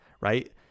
right